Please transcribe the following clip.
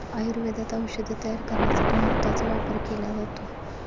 आयुर्वेदात औषधे तयार करण्यासाठी मोत्याचा वापर केला जातो